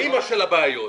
האימא של הבעיות.